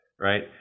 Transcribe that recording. right